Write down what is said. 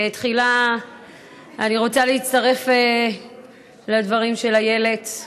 תחילה אני רוצה להצטרף לדברים של איילת,